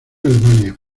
alemania